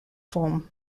forme